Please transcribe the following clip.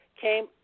came